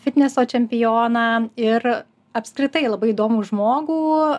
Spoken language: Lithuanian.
fitneso čempioną ir apskritai labai įdomų žmogų